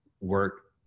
work